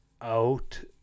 out